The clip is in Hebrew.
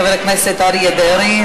חבר הכנסת אריה דרעי,